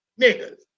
Niggas